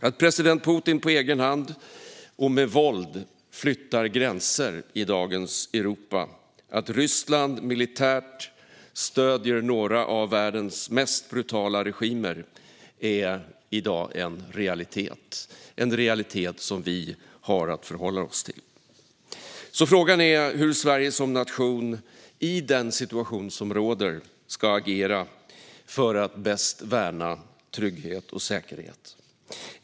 Att president Putin på egen hand och med våld flyttar gränser i dagens Europa och att Ryssland militärt stöder några av världens mest brutala regimer är i dag en realitet. Det är en realitet som vi har att förhålla oss till. Frågan är hur Sverige som nation, i den situation som råder, ska agera för att bäst värna trygghet och säkerhet.